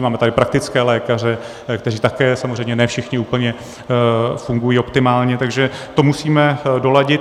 Máme tady praktické lékaře, kteří také samozřejmě ne všichni úplně fungují optimálně, takže to musíme doladit.